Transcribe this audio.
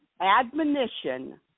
admonition